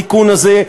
התיקון הזה,